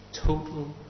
Total